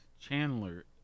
Chandler